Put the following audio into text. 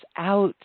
out